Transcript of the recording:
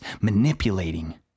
manipulating